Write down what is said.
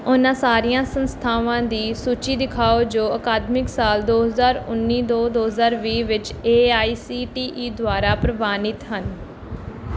ਉਹਨਾਂ ਸਾਰੀਆਂ ਸੰਸਥਾਵਾਂ ਦੀ ਸੂਚੀ ਦਿਖਾਓ ਜੋ ਅਕਾਦਮਿਕ ਸਾਲ ਦੋ ਹਜ਼ਾਰ ਉੱਨੀ ਦੋ ਦੋ ਹਜ਼ਾਰ ਵੀਹ ਵਿੱਚ A I C T E ਦੁਆਰਾ ਪ੍ਰਵਾਨਿਤ ਹਨ